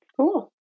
Cool